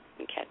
Okay